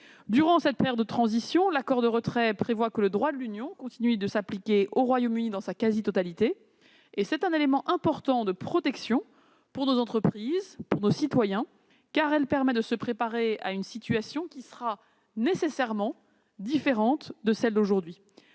Durant cette période de transition, l'accord de retrait prévoit que le droit de l'Union continue de s'appliquer au Royaume-Uni dans sa quasi-totalité. C'est un élément important de protection pour nos entreprises et nos concitoyens, qui permet de se préparer à une situation nécessairement différente de celle d'aujourd'hui.